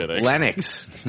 Lennox